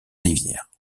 rivières